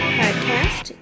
podcast